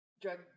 drug